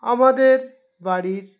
আমাদের বাড়ির